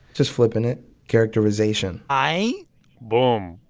just flipping it characterization ay boom.